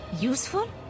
Useful